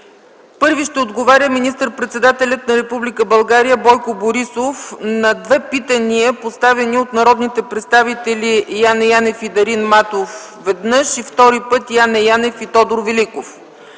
Първи ще отговаря министър-председателят на Република България господин Бойко Борисов на две питания, поставени от народните представители Яне Янев и Дарин Матов и Яне Янев и Тодор Великов.